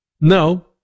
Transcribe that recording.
No